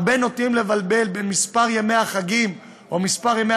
הרבה נוטים לבלבל בין מספר ימי החגים או מספר ימי